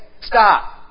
Stop